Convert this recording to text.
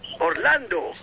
Orlando